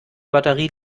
batterie